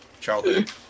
childhood